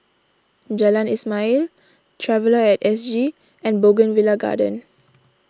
Jalan Ismail Traveller at S G and Bougainvillea Garden